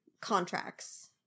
contracts